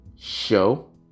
show